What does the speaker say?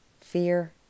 Fear